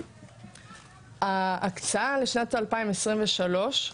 ההקצאה לשנת 2023,